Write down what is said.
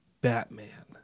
Batman